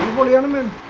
one sentiment